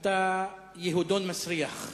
אתה יהודון מסריח.